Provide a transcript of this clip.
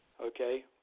Okay